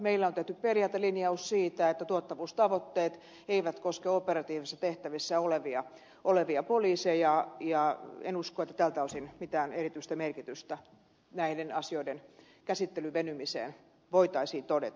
meillä on tehty periaatelinjaus siitä että tuottavuustavoitteet eivät koske operatiivisissa tehtävissä olevia poliiseja enkä usko että tältä osin mitään erityistä merkitystä näiden asioiden käsittelyn venymisen kannalta voitaisiin todeta